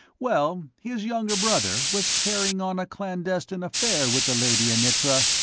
well, his younger brother was carrying on a clandestine affair with the lady annitra,